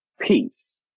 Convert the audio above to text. peace